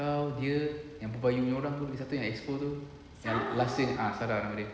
kau dia yang perempuan lima orang satu exco tu yang last year ah sarah baby